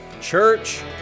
church